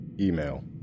Email